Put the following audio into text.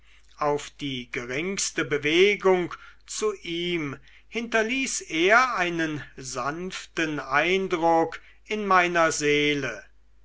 auf die geringste bewegung zu ihm hinterließ er einen sanften eindruck in meiner seele